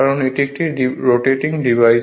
কারণ এটি একটি রোটেটিং ডিভাইস